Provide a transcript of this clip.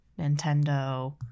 Nintendo